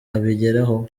abigeraho